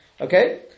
Okay